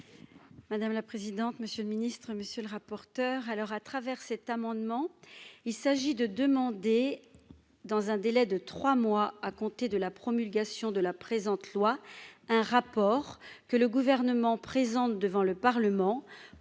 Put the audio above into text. Madame la présidente, monsieur le ministre, monsieur le rapporteur, à heure à travers cet amendement, il s'agit de demander dans un délai de 3 mois à compter de la promulgation de la présente loi un rapport que le gouvernement présente devant le Parlement,